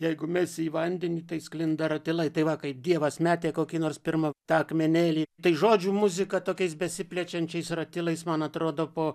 jeigu mesi į vandenį tai sklinda ratilai tai va kai dievas metė kokį nors pirmą tą akmenėlį tai žodžių muzika tokiais besiplečiančiais ratilais man atrodo po